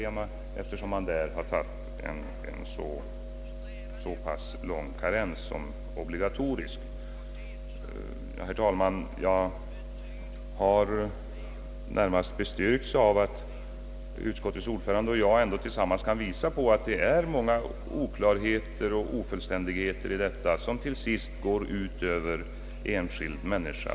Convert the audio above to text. Ja, herr talman, jag har närmast blivit styrkt i min uppfattning av att utskottets ordförande och jag ändå ge mensamt kan visa på att här förekommer många oklarheter och ofullständigheter, som till sist går ut över enskild person.